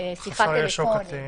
שיחה טלפונית.